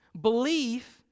Belief